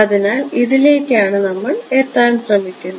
അതിനാൽ ഇതിലേക്ക് ആണ് നമ്മൾ എത്താൻ ശ്രമിച്ചിരുന്നത്